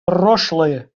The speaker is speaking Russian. прошлое